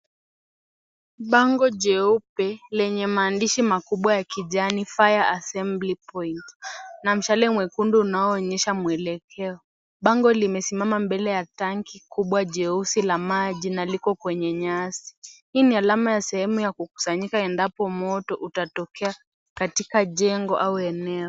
Bango jeupe, lenye maandishi makubwa ya kijani fire assembly point na mshale mwekundu unao onyesha mwelekeo. Bango limesimama mbele ya tanki kubwa jeusi la maji na liko kwenye nyasi , hii ni alama ya sehemu ya kukusanyika endapo moto utatokea katika jengo au eneo.